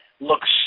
looks